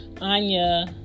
Anya